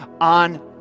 on